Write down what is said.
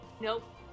nope